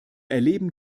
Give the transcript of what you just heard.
erleben